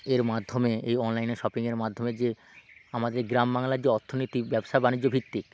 এর মাধ্যমে এই অনলাইনে শপিংয়ের মাধ্যমে যে আমাদের গ্রাম বাংলার যে অর্থনীতি ব্যবসা বাণিজ্যভিত্তিক